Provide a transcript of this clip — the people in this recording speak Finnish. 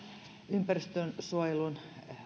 ympäristönsuojelun